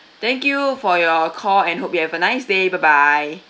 thank you for your call and hope you have a nice day bye bye